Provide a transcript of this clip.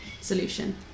solution